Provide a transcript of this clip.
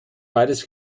beides